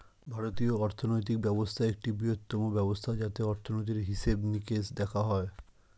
ভারতীয় অর্থনৈতিক ব্যবস্থা একটি বৃহত্তম ব্যবস্থা যাতে অর্থনীতির হিসেবে নিকেশ দেখা হয়